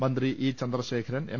മന്ത്രി E Chandrasekharan M